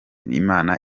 imana